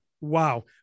Wow